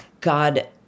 God